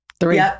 three